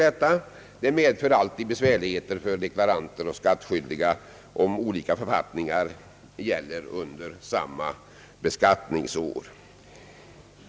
Det medför alltid besvärligheter för deklaranter och skattskyldiga, om olika författningar gäller under samma beskattningsår.